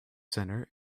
center